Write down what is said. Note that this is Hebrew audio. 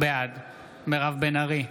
בעד מירב בן ארי,